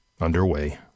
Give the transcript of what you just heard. underway